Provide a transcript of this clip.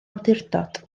awdurdod